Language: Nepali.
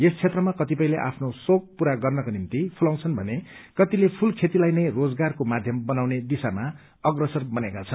यस क्षेत्रमा कतिपयले आफ्नो शोक पूरा गर्नको निम्ति फुलाउँछन् भन कतिले फूल खेतीलाई नै रोजगारको माध्यम बनाउने दिशामा अग्रसर बनेका छन्